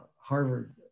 Harvard